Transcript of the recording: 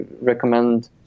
recommend